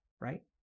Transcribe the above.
right